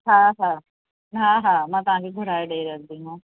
हा हा हा हा मां तव्हांखे घुराए ॾेई रखंदीमांव